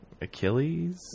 Achilles